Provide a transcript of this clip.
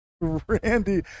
Randy